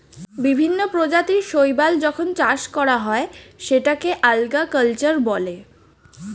বিভিন্ন প্রজাতির শৈবাল যখন চাষ করা হয় সেটাকে আল্গা কালচার বলে